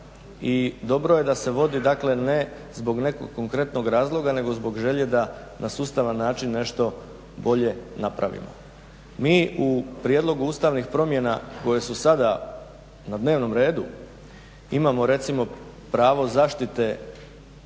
i dobro je da se vodi ne zbog nekog konkretnog razloga nego zbog želje da na sustavan način nešto bolje napravimo. Mi u prijedlogu ustavnih promjena koje su sada na dnevnom redu imamo recimo pravo zaštite